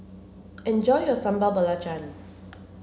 enjoy your Sambal Belacan